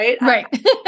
right